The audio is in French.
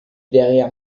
derrière